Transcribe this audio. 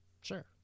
sure